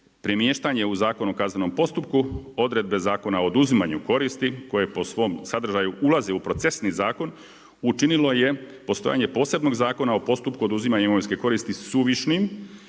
premještanje u Zakon o kaznenom postupku odredbe Zakona o oduzimanju koristi koje po svom sadržaju ulaze u procesni zakon učinilo je postojanje posebnog Zakona o postupku oduzimanja imovinske koristi suvišnim